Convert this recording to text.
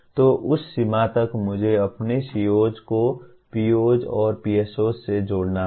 तो उस सीमा तक मुझे अपने COs को POs और PSOs से जोड़ना होगा